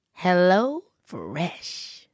HelloFresh